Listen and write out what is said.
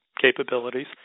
capabilities